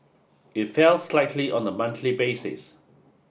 it fell slightly on a monthly basis